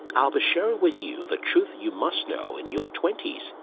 i will be sharing with you the truth you must know in your twenty s.